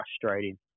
frustrating